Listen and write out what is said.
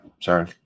Sorry